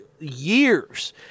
Years